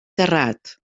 terrat